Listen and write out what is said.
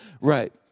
right